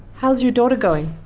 how's your daughter going?